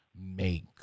make